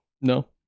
No